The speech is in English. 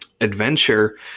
adventure